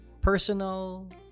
personal